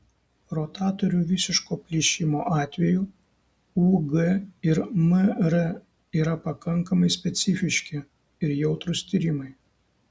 rotatorių visiško plyšimo atveju ug ir mr yra pakankamai specifiški ir jautrūs tyrimai